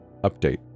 Update